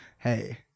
Hey